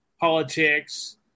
politics